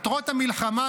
מטרות המלחמה,